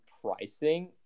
pricing